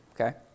okay